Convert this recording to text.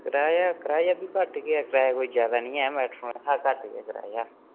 कराया कराया बी घट्ट गै कराया कोई ज्यादा नेईं ऐ मेटाडोर हा घट्ट गै कराया